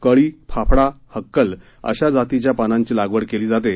कळी फाफडा हक्कल अशा जातीच्या पानांची लागवड केली जाते